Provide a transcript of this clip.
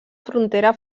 frontera